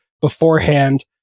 beforehand